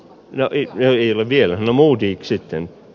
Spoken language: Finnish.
david ei ole vielä multiiksi tai